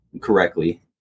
correctly